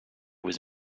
was